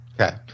Okay